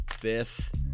fifth